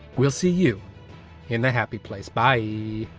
we'll see you in the happy place by